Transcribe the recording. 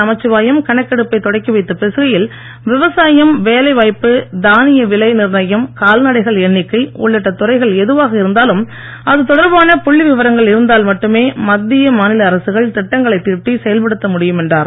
நமச்சிவாயம் கணக்கெடுப்பை தொடக்கி அமைச்சர் வைத்துப் பேசுகையில் விவசாயம் வேலைவாய்ப்பு தானிய விலை நிர்ணயம் கால்நடைகள் எண்ணிக்கை உள்ளிட்ட துறைகள் எதுவாக இருந்தாலும் அது தொடர்பான புள்ளி விவரங்கள் இருந்தால் மட்டுமே மத்திய மாநில அரசுகள் திட்டங்களை தீட்டி செயல்படுத்த முடியும் என்றார்